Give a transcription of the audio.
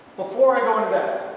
before i go to that,